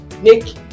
make